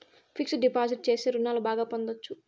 fixed deposit చేస్తే రుణాలు బాగా పొందొచ్చు